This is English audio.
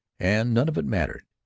and none of it mattered.